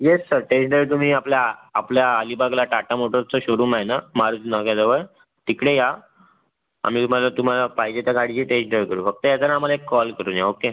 yes sir टेंडर तुम्ही आपला आपल्या अलिबागला टाटा मोटर्सचं शोरूम आहे ना मार्ज नाक्याजवळ तिकडे या आम्ही तुम्हाला तुम्हाला पाहिजे त्या गाडीची टेस्ट ड्राइव्ह करू फक्त येताना आम्हाला एक कॉल करून या ओके